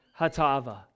Hatava